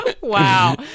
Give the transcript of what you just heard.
wow